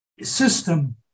system